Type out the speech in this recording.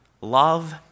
love